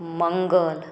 मंगल